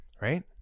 right